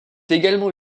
également